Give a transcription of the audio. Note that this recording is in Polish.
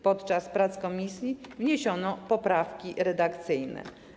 Podczas prac komisji wniesiono poprawki redakcyjne.